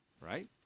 right